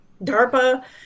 DARPA